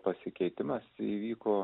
pasikeitimas įvyko